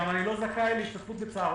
אני גם לא זכאי להשתתפות בצהרונים.